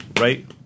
right